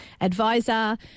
advisor